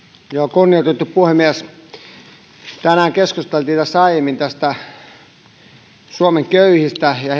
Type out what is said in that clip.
kunnioitettu puhemies tänään keskusteltiin aiemmin suomen köyhistä ja